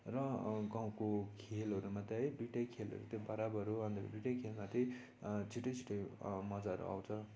र गाउँको खेलहरूमा त है दुइवटा खेलहरू त बराबर हो अनि दुइवटा खेलमा त छुट्टै छुट्टै मजाहरू आउँछ